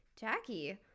Jackie